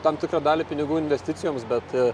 tam tikrą dalį pinigų investicijoms bet